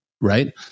right